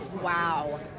Wow